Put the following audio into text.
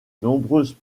nombreuses